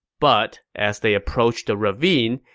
but as they approached the ravine,